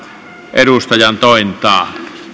edustajantointaan